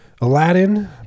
Aladdin